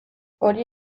hori